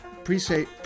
appreciate